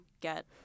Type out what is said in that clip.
get